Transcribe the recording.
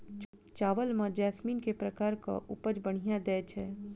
चावल म जैसमिन केँ प्रकार कऽ उपज बढ़िया दैय छै?